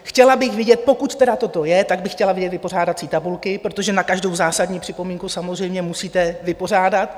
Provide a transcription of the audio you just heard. Chtěla bych vidět, pokud tedy toto je, tak bych chtěla vidět vypořádací tabulky, protože na každou zásadní připomínku samozřejmě musíte vypořádat.